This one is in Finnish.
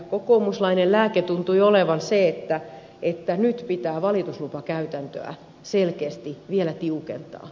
kokoomuslainen lääke tuntui olevan se että nyt pitää valituslupakäytäntöä selkeästi vielä tiukentaa